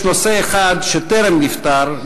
יש נושא אחד שטרם נפתר,